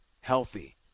healthy